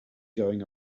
going